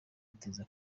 ateza